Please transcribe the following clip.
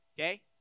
Okay